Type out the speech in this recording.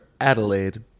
Adelaide